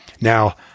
Now